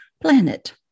planet